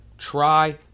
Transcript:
Try